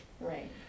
Right